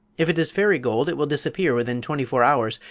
if it is fairy gold it will disappear within twenty four hours,